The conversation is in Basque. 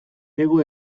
hego